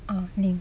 ah ling